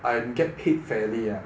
I'm get paid fairly ah